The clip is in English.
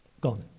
gone